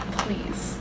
please